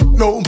no